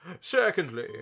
Secondly